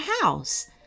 house